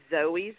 Zoe's